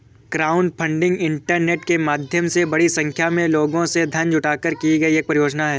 crowdfunding internet के माध्यम से बड़ी संख्या में लोगों से धन जुटाकर की गई एक परियोजना है